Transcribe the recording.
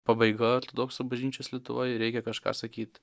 pabaiga ortodoksų bažnyčios lietuvoj ir reikia kažką sakyt